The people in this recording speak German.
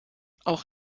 auch